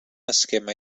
esquema